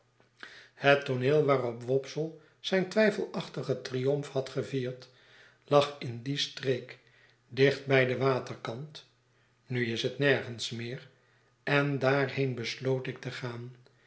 het tooneel waarop wopsle zijn twijfelachtigen triomf had gevierd lag in die streek dicht bij den waterkant nuis het nergens meer en daarheen besloot ik te gaan